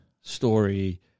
story